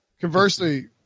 Conversely